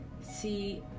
see